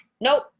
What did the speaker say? nope